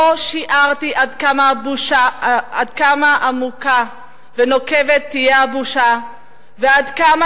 לא שיערתי עד כמה עמוקה ונוקבת תהיה הבושה ועד כמה